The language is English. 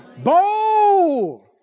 bold